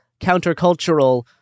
countercultural